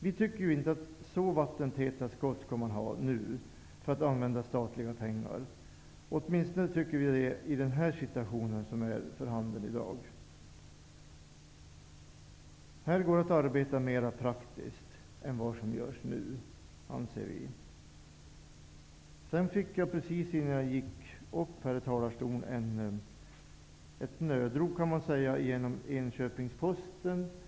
Vi anser inte att det skall vara så vattentäta skott nu när det gäller att använda statliga pengar. Vi anser det åtminstone i den situation som är för handen i dag. I detta sammanhang går det att arbeta mer praktiskt än vad som görs nu. Precis när jag skulle gå upp i talarstolen fick jag ett nödrop genom Enköpingsposten.